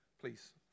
Please